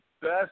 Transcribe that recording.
best